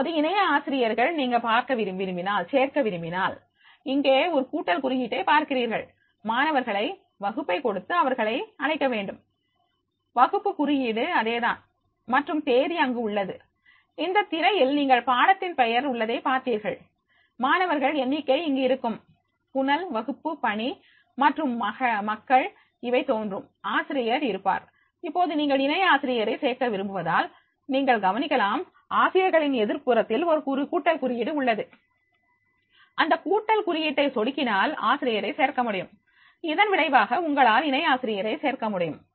இப்போது இணைய ஆசிரியரை நீங்கள் சேர்க்க விரும்பினால் இங்கே ஒரு கூட்டல் குறியீட்டை பார்க்கிறீர்கள் மாணவர்களை வகுப்பை கொடுத்து அவர்களை அழைக்க வேணடும் வகுப்பு குறியீடு அதேதான் மற்றும் தேதி அங்கு உள்ளது இந்த திரையில் நீங்கள் பாடத்தின் பெயர் உள்ளதை பார்த்தீர்கள் மாணவர்கள் எண்ணிக்கை இங்கு இருக்கும் புனல் வகுப்பு பணி மற்றும் மக்கள் இவை தோன்றும் ஆசிரியர் இருப்பார் இப்போது நீங்கள் இணை ஆசிரியரை சேர்க்கை விரும்புவதால் நீங்கள் கவனிக்கலாம் ஆசிரியர்களின் எதிர்ப்புறத்தில் ஒரு கூட்டல் குறியீடு உள்ளது அந்த கூட்டல் குறியீட்டை சொடுக்கினால் ஆசிரியரை சேர்க்க முடியும் இதன் விளைவாக உங்களால் இணை ஆசிரியரை சேர்க்க இயலும்